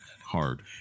hard